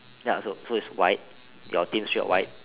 ya so so it's white your team shirt white